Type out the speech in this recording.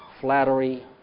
flattery